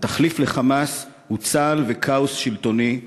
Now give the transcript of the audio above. "התחליף ל'חמאס' הוא צה"ל וכאוס שלטוני".